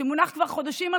שמונח כבר חודשים על